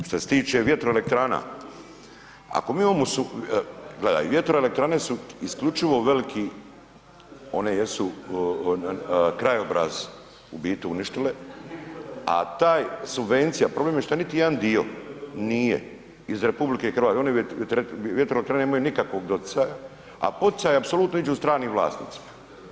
Što se tiče vjetroelektrana, ako mi imamo gledaj vjetroelektrane su isključivo veliki, one jesu krajobraz u biti uništile, a taj subvencija problem je što niti jedan dio nije iz RH, one vjetroelektrane nemaju nikakvog doticaja, a poticaji apsolutno iđu stranim vlasnicima.